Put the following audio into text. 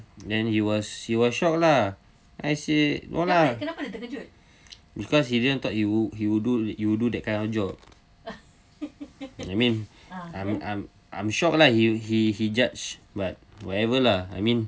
then he was he was shocked lah I say no lah because he didn't thought he would do you would do that kind of job I mean I'm I'm I'm shocked lah he he he judge but whatever lah I mean